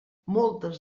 moltes